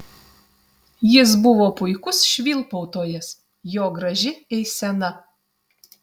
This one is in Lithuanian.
jis buvo puikus švilpautojas jo graži eisena